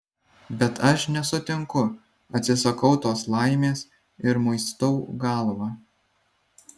bet aš nesutinku atsisakau tos laimės ir muistau galvą